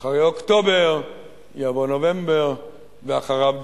ואחרי אוקטובר יבוא נובמבר, ואחריו דצמבר,